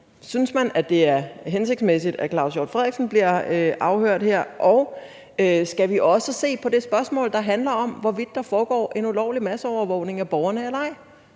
Synes man, at det er hensigtsmæssigt, at hr. Claus Hjort Frederiksen bliver afhørt her? Og skal vi også se på det spørgsmål, der handler om, hvorvidt der foregår en ulovlig masseovervågning af borgerne